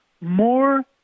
more